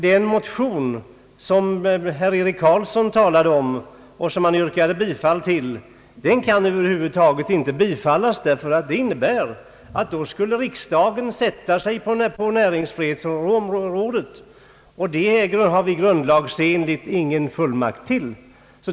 De motioner som herr Eric Carlsson talade om och yrkade bifall till kan över huvud taget inte bifallas, ty det skulle innebära att riksdagen »satte sig» på näringsfrihetsrådet, och det finns det ingen grundlagsenlig rätt till.